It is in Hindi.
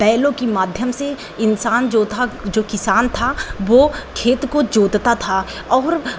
बैलों की माध्यम से इन्सान जो था जो किसान था वह खेत को जोतता था और